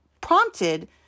prompted